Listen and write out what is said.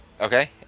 okay